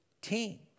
team